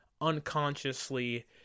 unconsciously